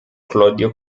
claudio